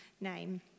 name